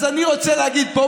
אז אני רוצה להגיד פה,